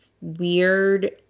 weird